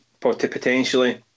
potentially